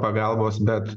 pagalbos bet